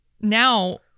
now